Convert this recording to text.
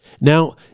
Now